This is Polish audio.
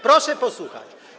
Proszę posłuchać.